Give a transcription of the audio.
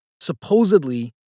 supposedly